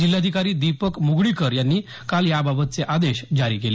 जिल्हाधिकारी दिपक मुगळीकर यांनी काल याबाबतचे आदेश जारी केले